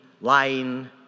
lying